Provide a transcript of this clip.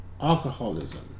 alcoholism